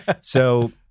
So-